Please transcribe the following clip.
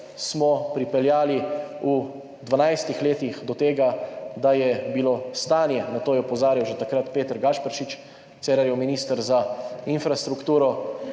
smo pripeljali v 12 letih do tega, da je bilo stanje, na to je opozarjal že takrat Peter Gašperšič, Cerarjev minister za infrastrukturo,